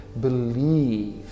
Believe